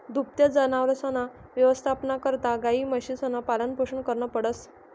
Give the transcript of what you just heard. दुभत्या जनावरसना यवस्थापना करता गायी, म्हशीसनं पालनपोषण करनं पडस